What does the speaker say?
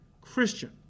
Christian